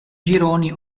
gironi